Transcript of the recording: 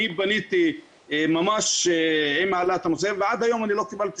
אני פניתי עכשיו עם העלאת הנושא ועד היום אני לא קיבלתי